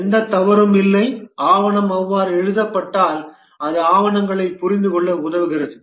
எந்த தவறும் இல்லை ஆவணம் அவ்வாறு எழுதப்பட்டால் அது ஆவணங்களைப் புரிந்துகொள்ள உதவுகிறது